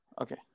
Okay